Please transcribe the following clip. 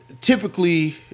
typically